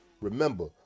Remember